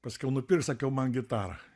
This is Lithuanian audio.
pasakiau nupirk sakiau man gitarą